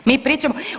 Mi pričamo.